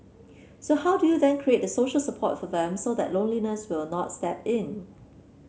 so how do you then create the social support for them so that loneliness will not step in